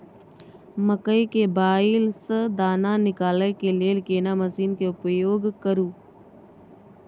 मकई के बाईल स दाना निकालय के लेल केना मसीन के उपयोग करू?